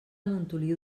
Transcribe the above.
montoliu